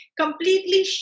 completely